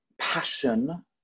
passion